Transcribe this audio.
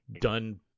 done